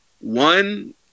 One